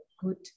good